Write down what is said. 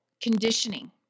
conditioning